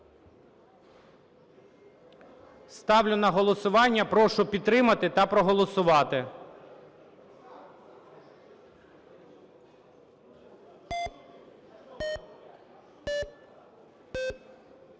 Ставлю на голосування. Прошу підтримати та проголосувати.